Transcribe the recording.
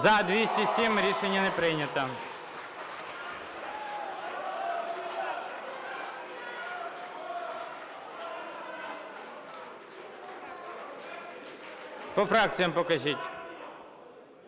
За-207 Рішення не прийнято. По фракціях покажіть.